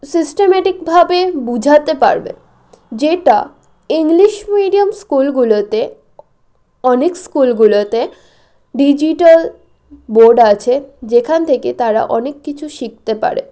সিস্টেমেটিকভাবে বুঝাতে পারবে যেটা ইংলিশ মিডিয়াম স্কুলগুলোতে অনেক স্কুলগুলোতে ডিজিটাল বোর্ড আছে যেখান থেকে তারা অনেক কিছু শিখতে পারে